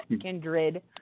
kindred